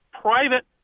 private